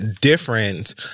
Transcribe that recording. different